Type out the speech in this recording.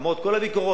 למרות כל הביקורות.